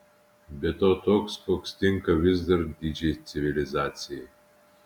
be to toks koks tinka vis dar didžiai civilizacijai